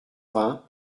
vingt